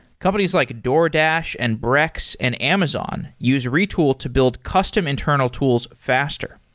companies like a doordash, and brex, and amazon use retool to build custom internal tools faster.